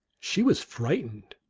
she was frightened,